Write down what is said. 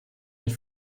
ich